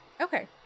Okay